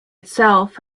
itself